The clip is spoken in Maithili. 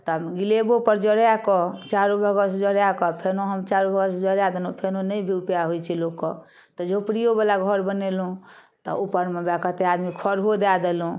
तब गिलेबोपर जोड़िकऽ चारू बगलसँ जोड़ाकऽ फेनो हम चारू बगलसँ जोड़ा देलहुँ फेनो नहि जे उपाय होइ छै लोकके तऽ झोपड़ियोवला घर बनेलहुँ तऽ उपरमे ओएह कते आदमी खरो दए देलहुँ